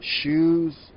shoes